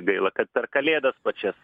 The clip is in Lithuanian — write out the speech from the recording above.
gaila kad per kalėdas pačias